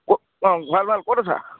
ক' অঁ ভাল ভাল ক'ত আছা